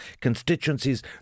constituencies